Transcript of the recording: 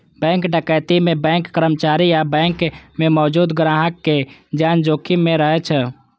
bank डकैती मे bank कर्मचारी आ बैंक मे मौजूद ग्राहकक जान जोखिम मे रहै छै